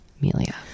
melia